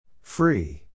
Free